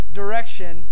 direction